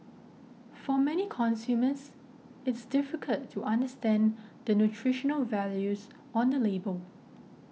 for many consumers it's difficult to understand the nutritional values on the label